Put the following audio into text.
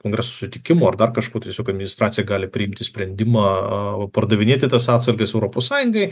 kongreso sutikimo ar dar kažko tiesiog administracija gali priimti sprendimą pardavinėti tas atsargas europos sąjungai